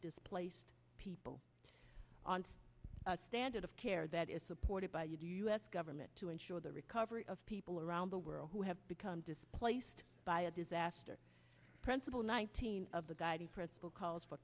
displaced people a standard of care that is supported by you u s government to ensure the recovery of people around the world who have become displaced by a disaster principle nineteen of the guiding principle calls for